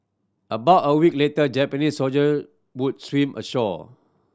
about a week later Japanese soldier would swim ashore